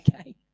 Okay